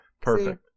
Perfect